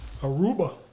Aruba